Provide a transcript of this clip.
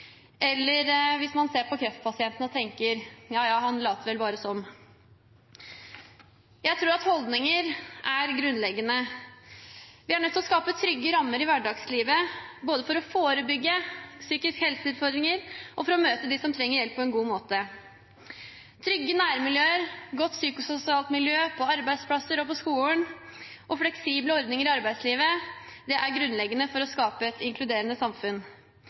eller hvis man ser på kreftpasienten og tenker: Ja, ja, han later vel bare som. Jeg tror at holdninger er grunnleggende. Vi er nødt til å skape trygge rammer i hverdagslivet, både for å forebygge psykisk helse-utfordringer og for å møte dem som trenger hjelp, på en god måte. Trygge nærmiljøer, godt psykososialt miljø på arbeidsplasser og på skolen og fleksible ordninger i arbeidslivet er grunnleggende for å skape et inkluderende samfunn.